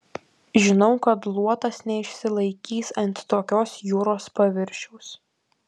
žinau kad luotas neišsilaikys ant tokios jūros paviršiaus